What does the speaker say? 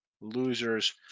losers